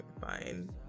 fine